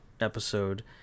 episode